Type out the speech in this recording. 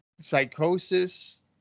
psychosis